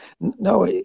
No